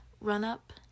run-up